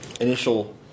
initial